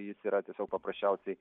jis yra tiesiog paprasčiausiai